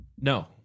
No